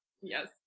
Yes